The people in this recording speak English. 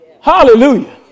Hallelujah